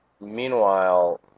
Meanwhile